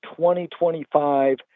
2025